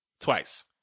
twice